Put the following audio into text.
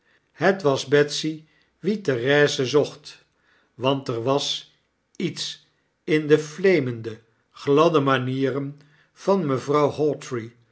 het was betsy wie therese zocht want er was iets in de fleemende gladde manieren van mevrouw hawtrey